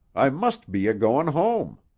i must be a-goin' home.